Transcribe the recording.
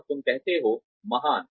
और तुम कहते हो महान